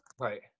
Right